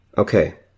Okay